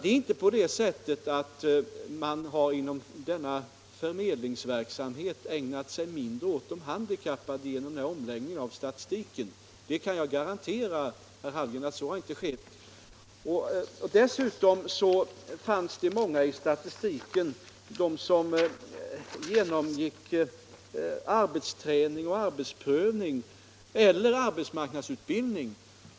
Det är inte så att man inom denna förmedlingsverksamhet har ägnat sig mindre åt de handikappade genom omläggningen av statistiken. Jag kan garantera herr Hallgren att så inte har skett. Dessutom fanns det många i statistiken som genomgick arbetsträning och arbetsprövning eller arbetsmarknadsutbildning.